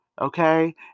Okay